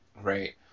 right